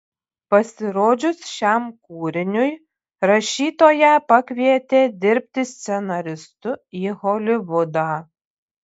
pasirodžius šiam kūriniui rašytoją pakvietė dirbti scenaristu į holivudą